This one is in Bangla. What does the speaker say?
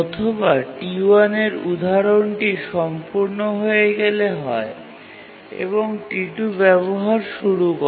অথবা T1 এর উদাহরণটি সম্পূর্ণ হয়ে গেলে হয় এবং T2 ব্যবহার শুরু করে